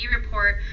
report